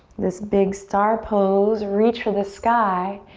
this big star pose, reach for the sky.